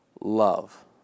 love